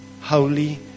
holy